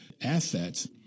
assets